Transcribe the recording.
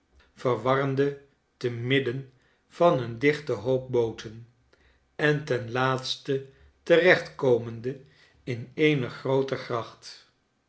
verwarrende te midden van een dichten hoop booten en ten laatste terecht komende in eene groote gracht